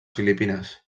filipines